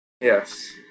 Yes